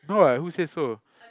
no lah who say so